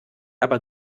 aber